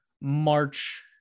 march